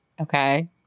Okay